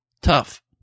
tough